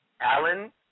Alan